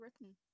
written